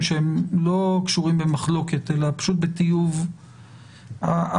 שהם לא קשורים במחלוקת אלא פשוט בטיוב החוק.